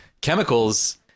chemicals